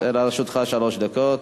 לרשותך שלוש דקות.